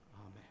Amen